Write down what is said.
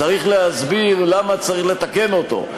צריך להסביר למה צריך לתקן אותו,